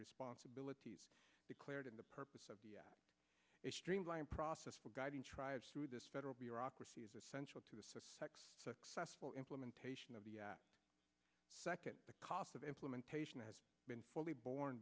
responsibilities declared in the purpose of a streamlined process for guiding tribes through this federal bureaucracy is essential to the successful implementation of the second the cost of implementation has been fully born